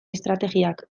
estrategiak